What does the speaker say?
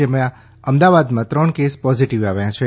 જેમાં અમદાવાદમાં ત્રણ કેસ પોઝીટીવ આવ્યા છે